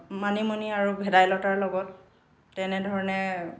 মানিমুনি আৰু ভেদাই লতাৰ লগত তেনেধৰণে